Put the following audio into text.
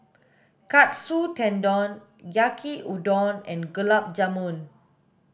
Katsu Tendon Yaki Udon and Gulab Jamun